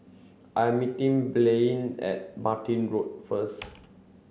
I'm meeting Blaine at Martin Road first